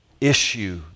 issue